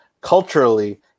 culturally